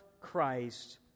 Christ